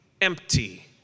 empty